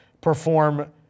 perform